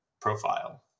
profile